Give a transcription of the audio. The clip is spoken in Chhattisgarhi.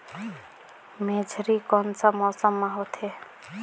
मेझरी कोन सा मौसम मां होथे?